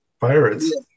Pirates